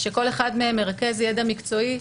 שכל אחד מהם מרכז ידע מקצועי,